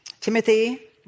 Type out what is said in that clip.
Timothy